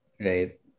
right